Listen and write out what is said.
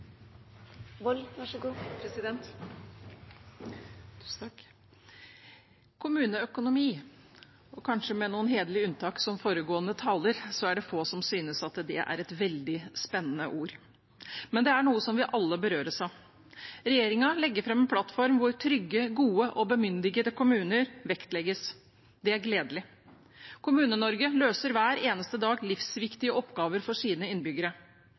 det få som synes det er et veldig spennende ord. Men det er noe som vi alle berøres av. Regjeringen legger fram en plattform hvor trygge, gode og bemyndigede kommuner vektlegges. Det er gledelig. Kommune-Norge løser hver eneste dag livsviktige oppgaver for sine innbyggere.